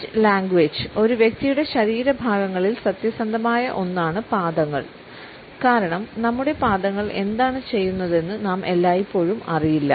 feet ഒരു വ്യക്തിയുടെ ശരീരഭാഗങ്ങളിൽ സത്യസന്ധമായ ഒന്നാണ് പാദങ്ങൾ കാരണം നമ്മുടെ പാദങ്ങൾ എന്താണ് ചെയ്യുന്നതെന്ന് നാം എല്ലായ്പ്പോഴും അറിയില്ല